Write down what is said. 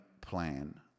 plan